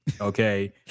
Okay